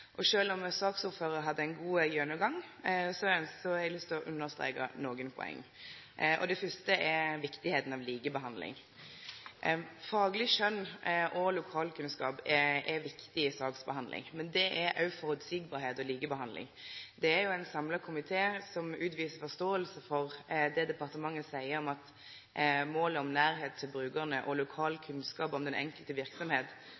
ein god gjennomgang, har eg lyst til å understreke nokre poeng. Det fyrste er viktigheita av likebehandling. Fagleg skjønn og lokalkunnskap er viktig i saksbehandlinga, men det er òg føreseielegheit og likebehandling. Det er ein samla komité som har forståing for det departementet seier, at «målet om nærhet til brukerne og lokal